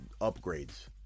upgrades